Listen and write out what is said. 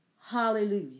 Hallelujah